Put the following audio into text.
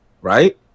Right